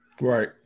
Right